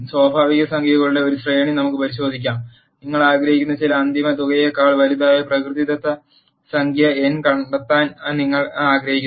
സ്വാഭാവിക സംഖ്യകളുടെ ഒരു ശ്രേണി നമുക്ക് പരിഗണിക്കാം നിങ്ങൾ ആഗ്രഹിക്കുന്ന ചില അന്തിമ തുകയേക്കാൾ വലുതായ പ്രകൃതിദത്ത സംഖ്യ n കണ്ടെത്താൻ നിങ്ങൾ ആഗ്രഹിക്കുന്നു